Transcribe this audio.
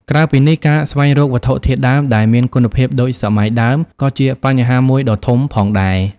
ក្រៅពីនេះ ការស្វែងរកវត្ថុធាតុដើម ដែលមានគុណភាពដូចសម័យដើម ក៏ជាបញ្ហាមួយដ៏ធំផងដែរ។